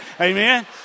amen